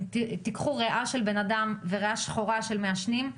אם תיקחו ריאה של בן אדם וריאה שחורה של מעשנים,